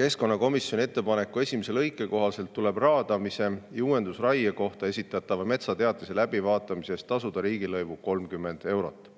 Keskkonnakomisjoni ettepaneku esimese lõike kohaselt tuleb raadamise ja uuendusraie kohta esitatava metsateatise läbivaatamise eest tasuda riigilõivu 30 eurot.